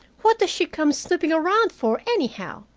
what does she come snooping around for, anyhow?